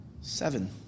seven